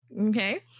Okay